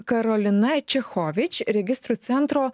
karolina čechovič registrų centro